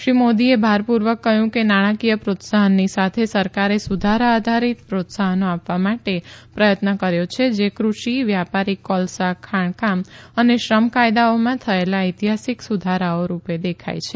શ્રી મોદીએ ભારપુર્વક કહયું કે નાણાંકીય પ્રોત્સાહનની સાથે સરકારે સુધારા આધારીત પ્રોત્સાફનો આપવા માલે પ્રથત્ન કર્યો છે જે ક્રષિ વ્યાપારીક કોલસા ખાણકામ અને શ્રમ કાયદાઓમાં થયેલા ઐતિહાસીક સુધારાઓ રૂપે દેખાય છે